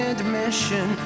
Admission